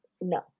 No